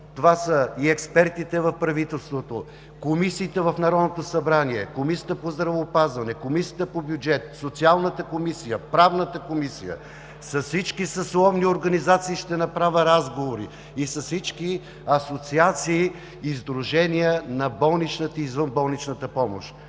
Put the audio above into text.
Това са и експертите в правителството, комисиите в Народното събрание – Комисията по здравеопазване, Комисията по бюджет и финанси, Социалната комисия, Правната комисия, с всички съсловни организации ще направя разговори и с всички асоциации и сдружения на болничната и извънболничната помощ.